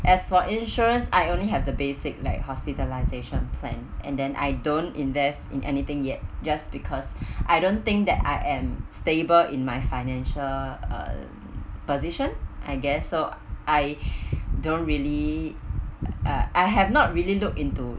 as for insurance I only have the basic like hospitalization plan and then I don't invest in anything yet just because I don't think that I am stable in my financial um position I guess so I don't really uh I have not really look into